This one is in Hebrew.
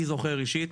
אני זוכר אישית,